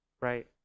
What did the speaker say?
Right